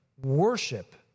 worship